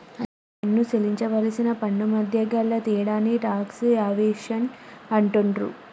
అసలు పన్ను సేల్లించవలసిన పన్నుమధ్య గల తేడాని టాక్స్ ఎవేషన్ అంటుండ్రు